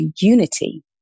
unity